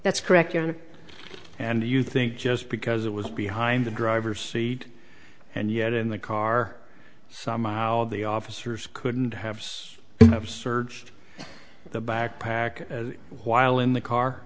that's correct and you think just because it was behind the driver's seat and yet in the car somehow the officers couldn't have has searched the backpack while in the car